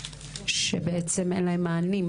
ואין להם מענים.